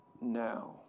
now